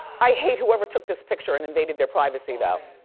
i hate whoever took this picture and invaded their privacy though.